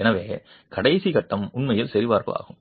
எனவே கடைசி கட்டம் உண்மையில் சரிபார்ப்பு ஆகும்